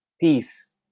peace